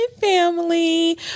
family